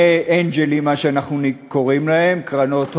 מאנג'לים, מה שאנחנו קוראים להם, קרנות הון,